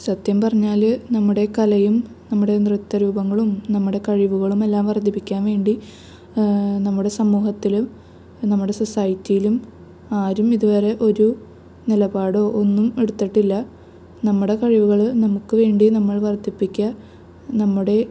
സത്യം പറഞ്ഞാൽ നമ്മുടെ കലയും നമ്മുടെ നൃത്ത രൂപങ്ങളും നമ്മുടെ കഴിവുകളുമെല്ലാം വർദ്ധിപ്പിക്കാൻ വേണ്ടി നമ്മുടെ സമൂഹത്തിൽ നമ്മുടെ സൊസൈറ്റിയിലും ആരും ഇതുവരെ ഒരു നിലപാടോ ഒന്നും എടുത്തിട്ടില്ല നമ്മുടെ കഴിവുകൾ നമുക്ക് വേണ്ടി നമ്മൾ വർദ്ധിപ്പിക്കുക നമ്മുടെ